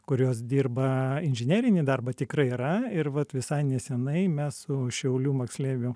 kurios dirba inžinerinį darbą tikrai yra ir vat visai nesenai mes su šiaulių moksleivių